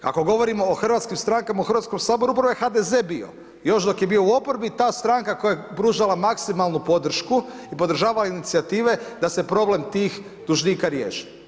Ako govorimo o hrvatskim stankama u Hrvatskom saboru upravo je HDZ bio još dok je bio u oporbi ta stranka koja je pružala maksimalnu podršku i podržavala inicijative da se problem tih dužnika riješi.